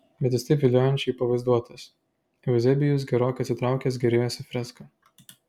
bet jis taip viliojančiai pavaizduotas euzebijus gerokai atsitraukęs gėrėjosi freska